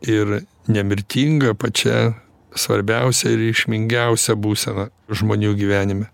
ir nemirtinga pačia svarbiausia ir reikšmingiausia būsena žmonių gyvenime